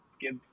give